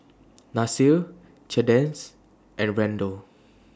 Nasir Cadence and Randel